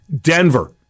Denver